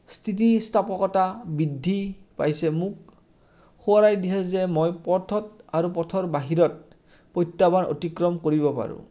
স্থিতি স্থাপকতা বৃদ্ধি পাইছে মোক সোঁৱৰাই দিছে যে মই পথত আৰু পথৰ বাহিৰত প্ৰত্যাহ্বান অতিক্ৰম কৰিব পাৰোঁ